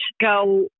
go